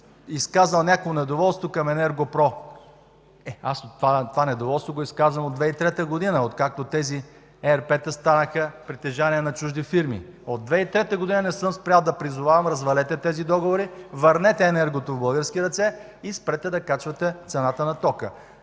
изказал някакво недоволство към „Енерго-Про”. Е, аз това недоволство го изказвам от 2003 г., откакто тези ЕРП-та станаха притежание на чужди фирми. От 2003 г. не съм спрял да призовавам: развалете тези договори, върнете енергото в български ръце и спрете да качвате цената на тока!